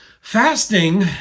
fasting